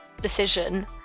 decision